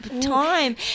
Time